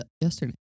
yesterday